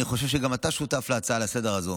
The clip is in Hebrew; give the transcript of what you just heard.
אני חושב שגם אתה שותף להצעה הזו לסדר-היום,